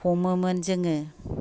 हमोमोन जोङो